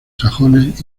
sajones